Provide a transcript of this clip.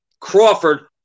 Crawford